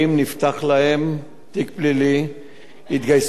התגייסו לצה"ל, השלימו שירות מלא כלוחמים,